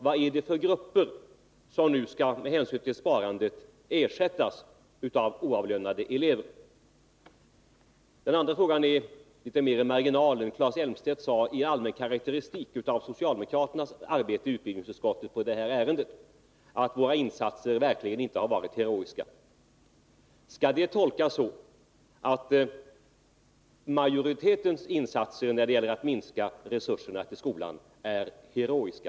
Vad är det för grupper som nu skall, med hänsyn till sparandet, ersättas av oavlönade elever? Den andra frågan är litet mera i marginalen. Claes Elmstedt sade i en allmän karakteristik av socialdemokraternas arbete i utbildningsutskottet i det här ärendet att våra insatser verkligen inte har varit heroiska. Skall det tolkas så att majoritetens insatser när det gäller att minska resurserna till skolan är heroiska?